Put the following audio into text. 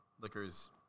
liquors